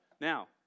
Now